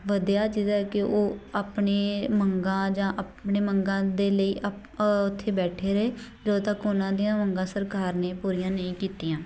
ਵਧਿਆ ਜਿਹਦਾ ਕਿ ਉਹ ਆਪਣੀ ਮੰਗਾਂ ਜਾਂ ਆਪਣੇ ਮੰਗਾਂ ਦੇ ਲਈ ਅਪ ਉੱਥੇ ਬੈਠੇ ਰਹੇ ਜਦੋਂ ਤੱਕ ਉਹਨਾਂ ਦੀਆਂ ਮੰਗਾਂ ਸਰਕਾਰ ਨੇ ਪੂਰੀਆਂ ਨਹੀਂ ਕੀਤੀਆਂ